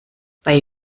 bei